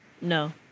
No